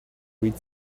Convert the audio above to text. read